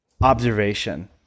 observation